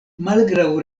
malgraŭ